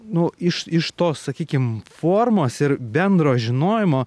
nu iš iš tos sakykim formos ir bendro žinojimo